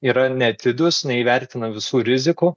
yra neatidūs neįvertina visų rizikų